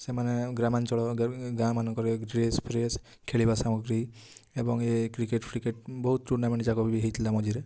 ସେମାନେ ଗ୍ରାମାଞ୍ଚଳ ଗାଁ'ମାନଙ୍କରେ ଡ଼୍ରେସ୍ ଫ୍ରେସ୍ ଖେଳିବା ସାମଗ୍ରୀ ଏବଂ ଏ କ୍ରିକେଟ୍ ଫ୍ରିକେଟ୍ ବହୁତ୍ ଟୁର୍ଣ୍ଣାମେଣ୍ଟ୍ ଯାକ ବି ହେଇଥିଲା ମଝିରେ